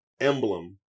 emblem